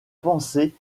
pensé